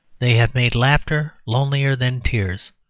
they have made laughter lonelier than tears.